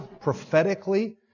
prophetically